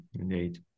indeed